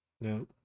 No